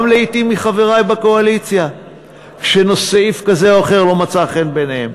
גם לעתים מחברי בקואליציה שסעיף כזה או אחר לא מצא חן בעיניהם.